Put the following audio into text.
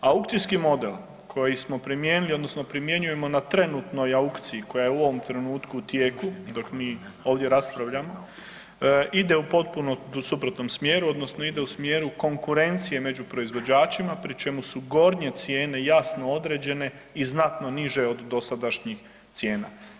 Aukcijski model koji smo primijenili odnosno primjenjujemo na trenutnoj aukciji koja je u ovom trenutku u tijeku dok mi ovdje raspravljamo ide u potpuno suprotnom smjeru odnosno ide u smjeru konkurencije među proizvođačima pri čemu su gornje cijene jasno određene i znatno niže od dosadašnjih cijena.